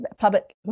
public